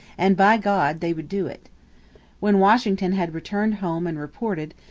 and by god they would do it when washington had returned home and reported,